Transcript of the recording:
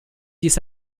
dies